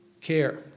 care